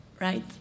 right